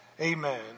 Amen